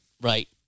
Right